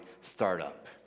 Startup